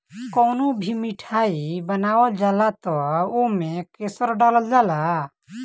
कवनो भी मिठाई बनावल जाला तअ ओमे केसर डालल जाला